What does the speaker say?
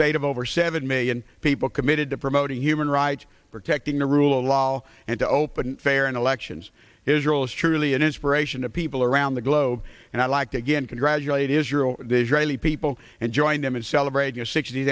state of over seven million people committed to promoting human rights protecting the rule of law and to open fair and elections israel is truly an inspiration to people around the globe and i'd like to again congratulate israel the israeli people and join them and celebrate your six